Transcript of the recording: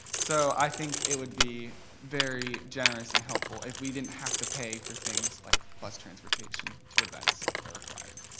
so i think it would be very generous and helpful if we didn't have to pay for things like bus transportation to events that are required.